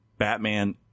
Batman